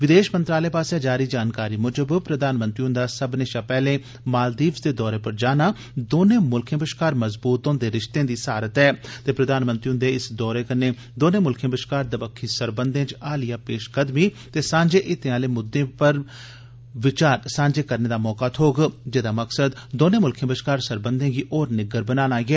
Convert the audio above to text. विदेश मंत्रालय पासेया जारी जानकारी मुजब प्रधानमंत्री ह्न्दा सब्बने शा पैहले मालदीब्ज दे दौरे पर जाना दौने मुल्खे बश्कार मजबूत होन्दे रिश्ते दी सारत ऐ ते प्रधानमंत्री ह्न्दे इस दौरे कल्नै दौने मुल्खे बश्कार दबक्खी सरबंधें च हालिया पेशकदमी ते सांझे हितें आले मुद्दे बारै विचार सांझे करने दा मौका थ्होग जेदा मकसद दौने मुल्खे बश्कार सरबंधें गी होर निग्गर बनाना ऐ